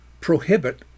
prohibit